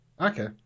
Okay